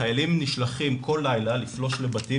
חיילים נשלחים כל לילה לפלוש לבתים